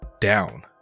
down